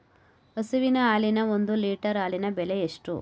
ಹಸುವಿನ ಹಾಲಿನ ಒಂದು ಲೀಟರ್ ಹಾಲಿನ ಬೆಲೆ ಎಷ್ಟು?